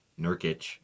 Nurkic